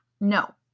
no